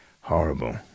horrible